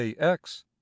ax